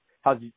how's